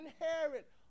inherit